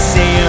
Say